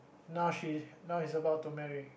now she now he's about to marry